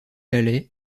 halley